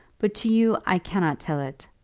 but to you i cannot tell it.